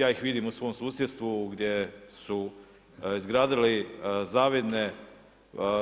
Ja ih vidim u svom susjedstvu gdje su izgradili zavidne